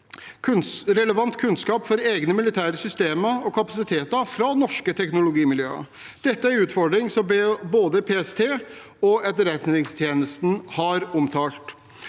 relevant kunnskap for egne militære systemer og kapasiteter fra norske teknologimiljøer. Dette er en utfordring som både PST og Etterretningstjenesten har omtalt.